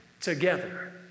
together